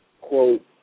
quote